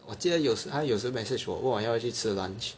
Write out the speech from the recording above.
我记得有时他有时候 message 我问要不要去吃 lunch